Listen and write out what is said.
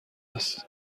است